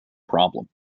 problem